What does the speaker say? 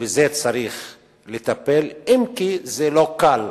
שבזה צריך לטפל, אם כי זה לא קל,